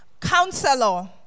counselor